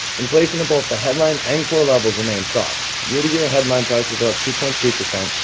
inflation at both the headline and core levels remains soft. year-to-year headline prices are up two point three percent,